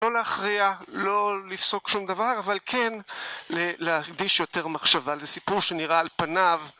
לא להכריע, לא לפסוק שום דבר, אבל כן להקדיש יותר מחשבה לסיפור שנראה על פניו